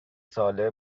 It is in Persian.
ساله